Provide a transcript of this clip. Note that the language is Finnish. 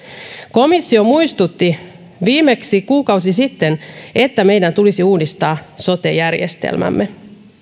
komissio muistutti viimeksi kuukausi sitten että meidän tulisi uudistaa sote järjestelmämme